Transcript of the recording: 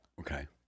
Okay